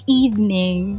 evening